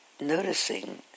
noticing